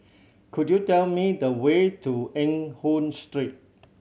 could you tell me the way to Eng Hoon Street